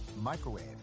microwave